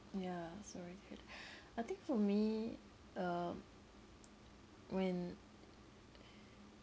yeah sorry to hear that I think for me uh when